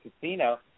casino